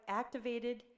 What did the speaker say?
activated